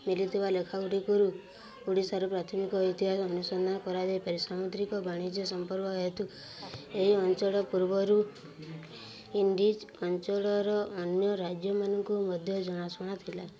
ମିଳୁଥିବା ଲେଖା ଗୁଡ଼ିକରୁ ଓଡ଼ିଶାର ପ୍ରାଥମିକ ଇତିହାସ ଅନୁସନ୍ଧାନ କରାଯାଇପାରେ ସାମୁଦ୍ରିକ ବାଣିଜ୍ୟ ସମ୍ପର୍କ ଯେହେତୁ ଏହି ଅଞ୍ଚଳ ପୂର୍ବରୁ ଇଣ୍ଡିଜ ଅଞ୍ଚଳର ଅନ୍ୟ ରାଜ୍ୟମାନଙ୍କୁ ମଧ୍ୟ ଜଣାଶୁଣା ଥିଲା